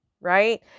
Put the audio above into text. right